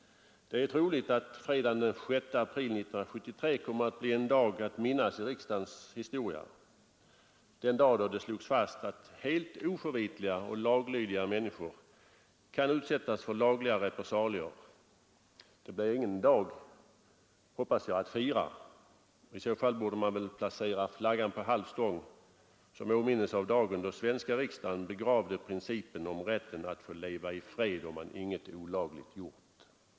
Det är troligt att fredagen den 6 april 1973 kommer att bli en dag att minnas i riksdagens historia — den dag då det slogs fast att helt oförvitliga och laglydiga människor kan utsättas för lagliga repressalier. Jag hoppas att det inte blir någon dag att fira — i så fall borde flaggan placeras på halv stång som åminnelse av den dag då den svenska riksdagen begravde principen om rätten att få leva i fred om man inget olagligt gjort.